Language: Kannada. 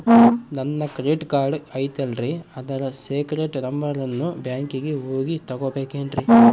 ನನ್ನ ಕ್ರೆಡಿಟ್ ಕಾರ್ಡ್ ಐತಲ್ರೇ ಅದರ ಸೇಕ್ರೇಟ್ ನಂಬರನ್ನು ಬ್ಯಾಂಕಿಗೆ ಹೋಗಿ ತಗೋಬೇಕಿನ್ರಿ?